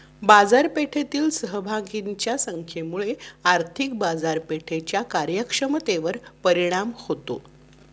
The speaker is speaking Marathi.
बाजारपेठेतील सहभागींच्या संख्येमुळे आर्थिक बाजारपेठेच्या कार्यक्षमतेवर परिणाम होतो